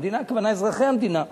המדינה הכוונה אזרחי המדינה.